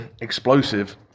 explosive